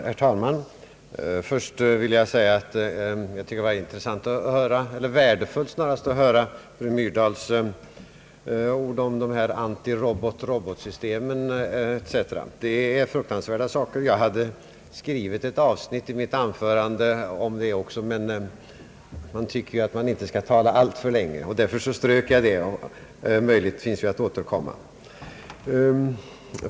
Herr talman! Först vill jag säga att det var värdefullt att höra fru Myrdals ord om antirobotrobotsystemen. Det är fruktansvärda saker. Jag hade skrivit ett avsnitt därom i mitt anförande. Men jag tycker att man inte skall tala alltför länge, och därför strök jag det. Möjlighet finns ju att återkomma.